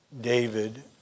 David